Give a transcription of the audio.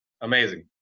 amazing